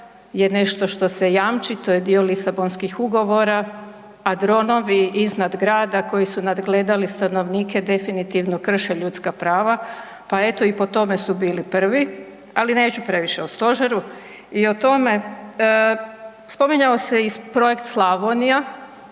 je nešto što se jamči, to je dio Lisabonskih ugovora, a dronovi iznad grada koji su nagledali stanovnike definitivno krše ljudska prava, pa eto i po tome su bili prvi, ali neću previše o stožeru i o tome. Spominjao se i projekt Slavonija.